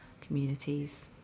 communities